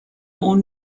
اون